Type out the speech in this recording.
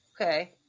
Okay